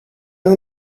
اون